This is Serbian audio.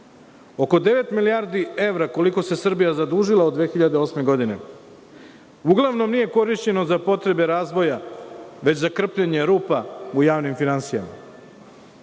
devet milijardi evra koliko se Srbija zadužila od 2008. godine, uglavnom nije korišćeno za potrebe razvoja, već za „krpljenje rupa“ u javnim finansijama.